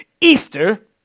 Easter